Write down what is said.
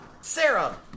Sarah